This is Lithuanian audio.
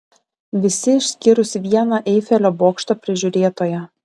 visi išskyrus vieną eifelio bokšto prižiūrėtoją